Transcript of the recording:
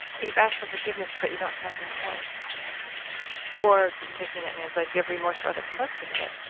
you've asked for forgiveness, but you don't have remorse for taking that man's life. you have remorse for other parts of it.